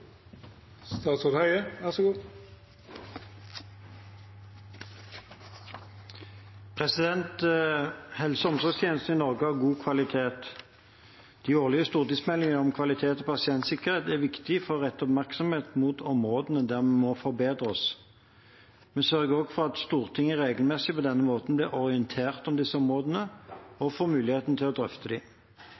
Helse- og omsorgstjenesten i Norge har god kvalitet. De årlige stortingsmeldingene om kvalitet og pasientsikkerhet er viktige for å rette oppmerksomhet mot områdene der vi må forbedre oss. Vi sørger også for at Stortinget på denne måten regelmessig blir orientert om disse områdene og får muligheten til å drøfte